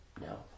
No